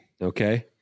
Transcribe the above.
Okay